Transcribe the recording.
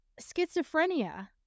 schizophrenia